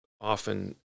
often